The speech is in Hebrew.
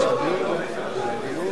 ממשלתית.